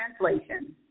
Translation